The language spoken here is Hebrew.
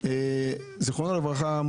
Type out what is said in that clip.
זיכרונו לברכה,